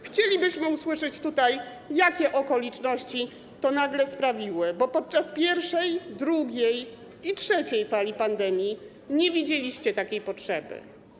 Chcielibyśmy tutaj usłyszeć, jakie okoliczności to nagle sprawiły, bo podczas pierwszej, drugiej i trzeciej fali pandemii nie widzieliście takiej potrzeby.